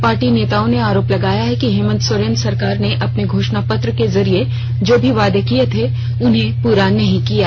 party नेताओं ने आरोप लगाया कि हेमंत सोरेन सरकार ने अपने घोषण पत्र के जरिए जो भी वायदे किये थे उन्हें पूरा नहीं किया गया